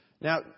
Now